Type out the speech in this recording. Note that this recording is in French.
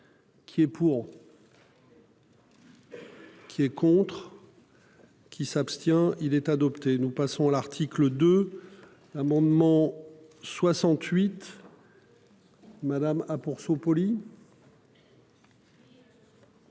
Qui est pour.-- Qui est contre. Qui s'abstient il est adopté. Nous passons à l'article 2 amendements. 68.-- Madame ah pour. Merci